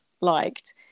liked